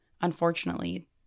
unfortunately